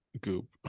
goop